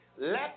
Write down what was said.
let